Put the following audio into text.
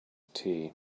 tea